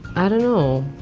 i don't know.